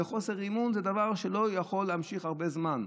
חוסר אמון זה דבר שלא יכול להימשך הרבה זמן.